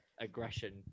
aggression